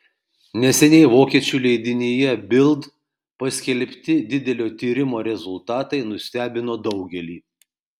neseniai vokiečių leidinyje bild paskelbti didelio tyrimo rezultatai nustebino daugelį